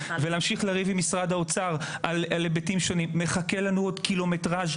להמשיך לריב עם משרד האוצר על היבטים שונים מחכה לנו עוד קילומטראז'